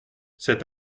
cet